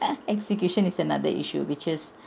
execution is another issue which is